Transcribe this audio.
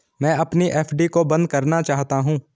मैं अपनी एफ.डी को बंद करना चाहता हूँ